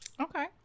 Okay